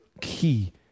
key